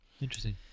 Interesting